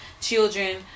children